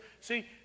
See